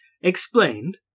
explained